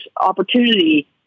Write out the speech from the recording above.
opportunity